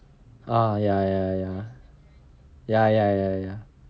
ah ya ya ya ya ya ya ya